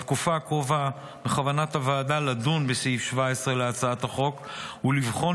בתקופה הקרובה בכוונת הוועדה לדון בסעיף 17 להצעת החוק ולבחון